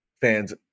fans